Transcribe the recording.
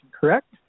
correct